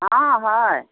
অঁ হয়